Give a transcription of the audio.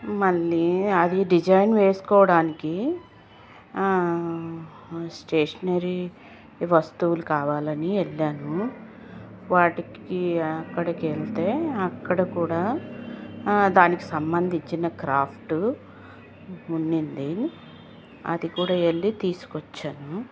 మళ్ళీ అది డిజైన్ వేసుకోడానికి స్టేషనరీ ఈ వస్తువులు కావాలని వెళ్ళాను వాటికి అక్కడికెళ్తే అక్కడ కూడా దానికి సంబంధించిన క్రాఫ్ట్ ఉండింది అది కూడా వెళ్ళి తీసుకువచ్చాను